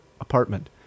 apartment